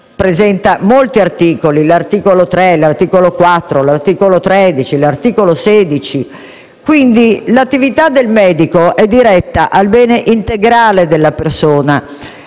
presenta molti articoli (l'articolo 3, l'articolo 4, l'articolo 13 e l'articolo 16) per i quali l'attività del medico è diretta al bene integrale della persona,